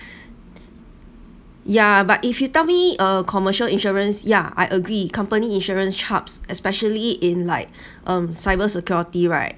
yeah but if you tell me a commercial insurance yeah I agree company insurance chubbs especially in like um cyber security right